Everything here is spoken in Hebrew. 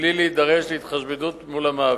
בלי להידרש להתחשבנות עם המעביד,